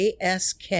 ASK